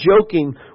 joking